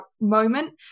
moment